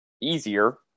easier